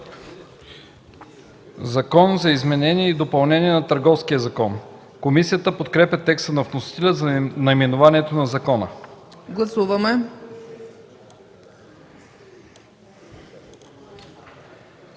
„Закон за изменение и допълнение на Търговския закон”. Комисията подкрепя текста на вносителя за наименованието на закона.